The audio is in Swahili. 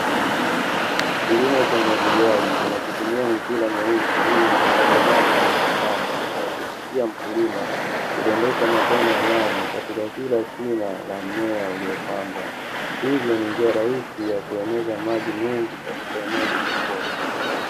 Kilimo cha umwagiliaji kinachotumia mipira myeusi ili kusambaza maji katika shamba, humrahisishia mkulima kudondosha matone ya maji katika kila shina la mmea uliopandwa. Hivyo ni njia rahisi ya kueneza maji mengi katika eneo lililokuwa kubwa.